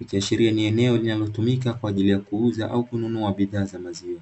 ikiashiria ni eneo linalotumika kwa ajili ya kuuza au kununua bidhaa za maziwa.